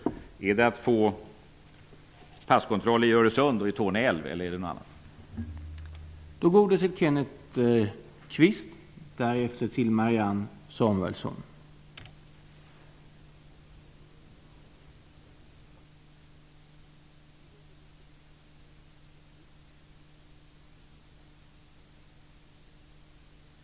Är alternativet att få passkontroll i Öresund och Torne älv, eller är det någonting annat?